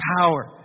power